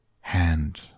hand